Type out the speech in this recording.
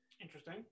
Interesting